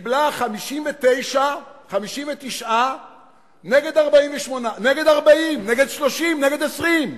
וקיבלה 59 נגד 48, נגד 40, נגד 30, נגד 20,